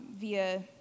via